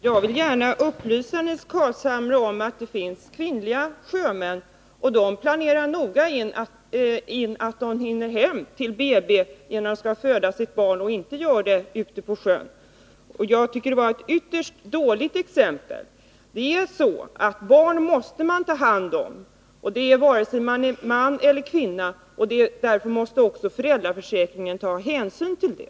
Herr talman! Jag vill gärna upplysa Nils Carlshamre om att det finns kvinnliga sjömän. De planerar noga in att de inte är kvar på sjön utan hinner hem till BB när de skall föda sitt barn. Jag tycker att det var ett ytterst dåligt exempel som Nils Carlshamre gav. Barn måste man ta hand om, vare sig man är man eller kvinna. Därför måste också föräldraförsäkringen ta hänsyn till det.